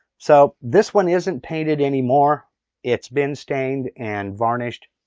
so this one isn't painted anymore it's been stained and varnished.